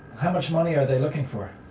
how much money are they looking for?